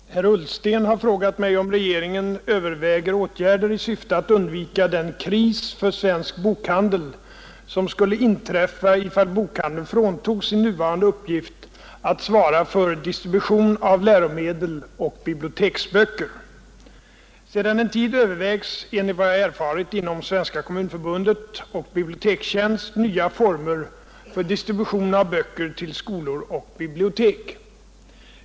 Herr talman! Herr Ullsten har frågat mig om regeringen överväger åtgärder i syfte att undvika den kris för svensk bokHandel som skulle inträffa ifall bokhandeln fråntogs sin nuvarande uppgift att svara för distribution av läromedel och biblioteksböcker. Sedan en tid övervägs enligt vad jag erfarit inom Svenska kommun förbundet och Bibliotekstjänst nya former för distribution av böcker till skolor och bibliotek.